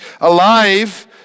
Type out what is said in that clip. alive